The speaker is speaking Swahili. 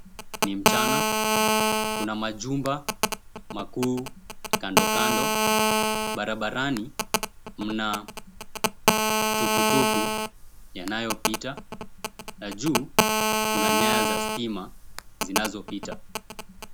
Ni mchana kuna majumba makuu kando kando, barabarani mna tukutuku yanayopita na juu kuna nyaya za stima zinazopita.